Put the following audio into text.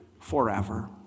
forever